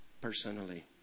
personally